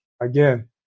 Again